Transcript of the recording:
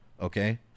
okay